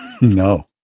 No